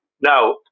Now